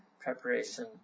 preparation